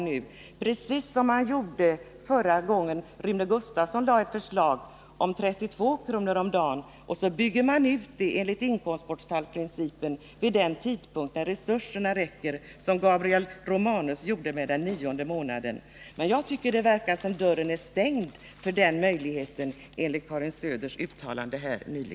Och precis som man gjorde när Rune Gustavsson lade fram ett förslag om 32 kr. per dag uttrycker man förhoppningen att försäkringen skall byggas ut enligt inkomstbortfallsprincipen vid den tidpunkt när resurserna räcker till, såsom Gabriel Romanus gjorde med den nionde månaden. Men jag tycker att det verkar som om dörren är stängd för den möjligheten, att döma av Karin Söders uttalande här nyss.